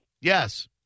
Yes